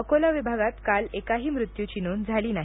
अकोला विभागातकाल एकाही मृत्यूची नोंद झाली नाही